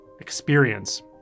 Experience